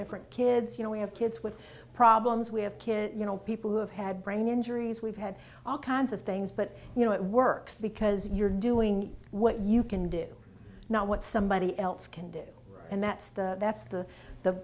different kids you know we have kids with problems we have kids you know people who have had brain injuries we've had all kinds of things but you know it works because you're doing what you can do not what somebody else can do and that's the that's the